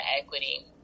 equity